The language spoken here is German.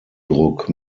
druck